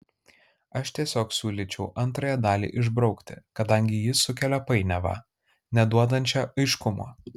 aš tiesiog siūlyčiau antrąją dalį išbraukti kadangi ji sukelia painiavą neduodančią aiškumo